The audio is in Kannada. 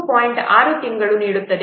6 ತಿಂಗಳುಗಳನ್ನು ನೀಡುತ್ತದೆ